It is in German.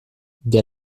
der